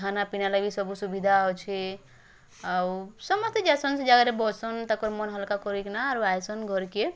ଖାନାପିନା ଲାଗି ସବୁ ସୁବିଧା ଅଛି ଆଉ ସମସ୍ତେ ଯାଇସନ୍ ସେ ଜାଗାରେ ବସନ୍ ତାକର୍ ମନ୍ ହାଲ୍କା କରିକିନା ଆରୁ ଆଇସନ୍ ଘର୍କେ